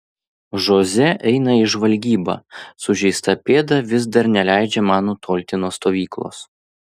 žoze eina į žvalgybą sužeista pėda vis dar neleidžia man nutolti nuo stovyklos